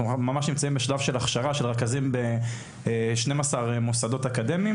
אנחנו נמצאים ממש בשלב של הכשרת רכזים בכ-12 מוסדות אקדמיים,